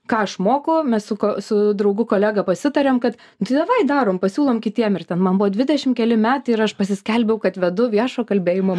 ką aš moku mes su ko su draugu kolega pasitarėm kad tai davai darom pasiūlom kitiem ir ten man buvo dvidešimt keli metai ir aš pasiskelbiau kad vedu viešo kalbėjimo